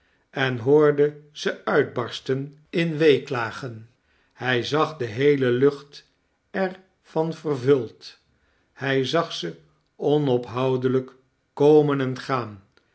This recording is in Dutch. en hoorde ze uitbarsten in weeklagen hij zag de heele lucht er van vervuld hij zag ze onophoudelijk komen en gaan